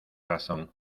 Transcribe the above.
razón